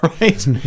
right